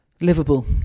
livable